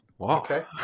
Okay